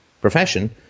profession